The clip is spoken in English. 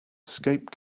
escape